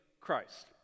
Christ